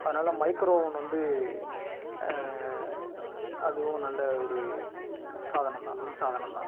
அதனால் microwave oven வந்து அதுவும் நல்ல ஒரு சாதனம் தான் மின் சாதனம் தான்